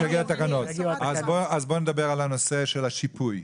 בואו נדבר על הנושא של השיפוי.